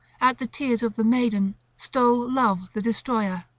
at the tears of the maiden, stole love the destroyer,